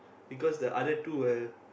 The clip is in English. because the other two will